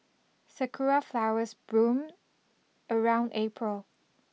sakura flowers bloom around April